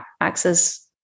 access